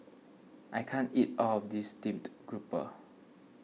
I can't eat all of this Steamed Grouper